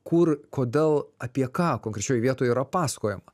kur kodėl apie ką konkrečioj vietoj yra pasakojama